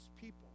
people